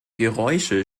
geräusche